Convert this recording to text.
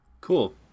Cool